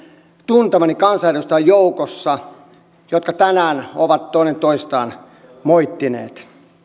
tuntemani kansanedustajan joukossa jotka tänään ovat toinen toistaan moittineet